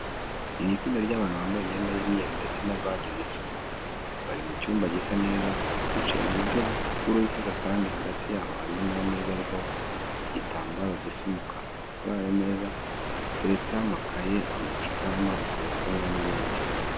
Ni itsinda ry'abantu bambaye imyenda isa umweru ndetse na baji zisa ubururu, bari mu cyumba gisa neza. Bicaye mu buryo bw'uruziga kandi hagati yabo harimo ameza ariho igitambaro gisa umukara, kuri ayo meza hateretseho amakayi, amacupa y'amazi yo kunywa n'ibindi.